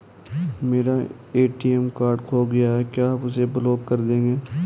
मेरा ATM card खो गया है क्या आप उसे ब्लॉक कर देंगे?